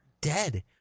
dead